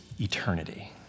eternity